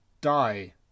die